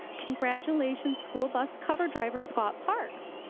congratulations, school bus cover driver, scott parks.